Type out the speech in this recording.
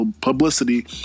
publicity